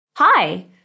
Hi